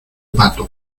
pato